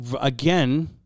Again